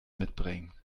mitbringen